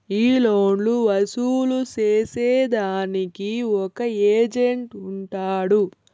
ఈ లోన్లు వసూలు సేసేదానికి ఒక ఏజెంట్ ఉంటాడు